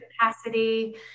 capacity